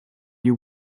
you